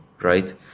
right